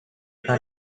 can